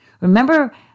Remember